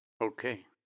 Okay